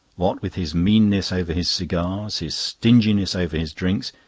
what with his meanness over his cigars, his stinginess over his drinks,